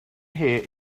here